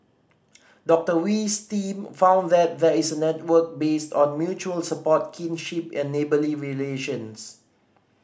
Doctor Wee's team found that there is a network based on mutual support kinship and neighbourly relations